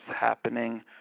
happening